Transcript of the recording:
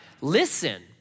listen